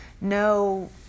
no